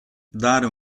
dare